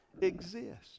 exist